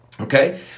Okay